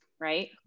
right